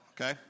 okay